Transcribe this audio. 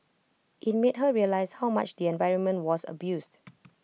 IT made her realise how much the environment was abused